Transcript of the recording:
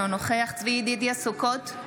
אינו נוכח צבי ידידיה סוכות,